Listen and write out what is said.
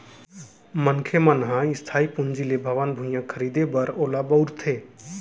मनखे मन ह इस्थाई पूंजी ले भवन, भुइयाँ खरीदें बर ओला बउरथे